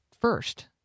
first